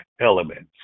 elements